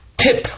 tip